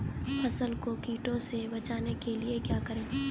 फसल को कीड़ों से बचाने के लिए क्या करें?